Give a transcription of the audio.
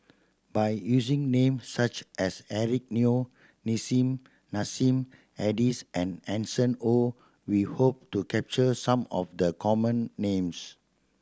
by using names such as Eric Neo Nissim Nassim Adis and Hanson Ho we hope to capture some of the common names